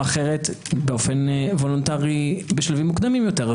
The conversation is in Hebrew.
אחרת באופן וולונטרי בשלבים מוקדמים יותר.